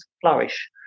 flourish